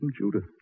Judith